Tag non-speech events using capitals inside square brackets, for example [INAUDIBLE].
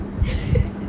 [LAUGHS]